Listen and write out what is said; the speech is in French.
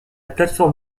plateforme